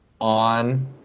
on